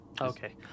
okay